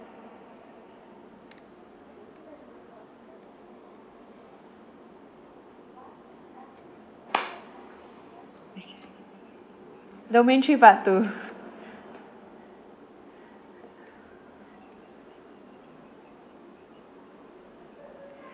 domain three part two